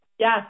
Yes